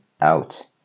out